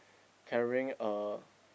carrying a